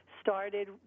started